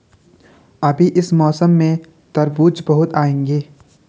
अभी इस मौसम में तरबूज बहुत आएंगे